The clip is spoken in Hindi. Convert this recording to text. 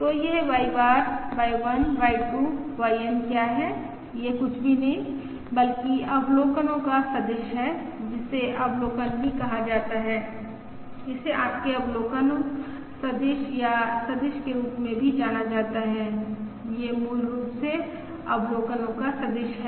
तो यह Y bar Y1 Y2 YN क्या है यह कुछ भी नहीं है बल्कि अवलोकनो का सदिश जिसे अवलोकन भी कहा जाता है इसे आपके अवलोकन सदिश या सदिश के रूप में भी जाना जाता है यह मूल रूप से अवलोकनो का सदिश है